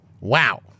Wow